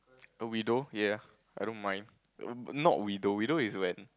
a widow yea I don't mind not widow widow is when